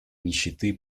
нищеты